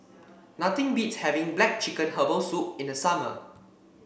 nothing beats having black chicken Herbal Soup in the summer